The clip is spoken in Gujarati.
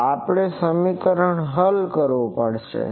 તો આપણે આ સમીકરણ હલ કરવું પડશે